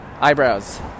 Eyebrows